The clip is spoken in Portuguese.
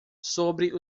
sobre